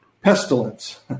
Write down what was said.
Pestilence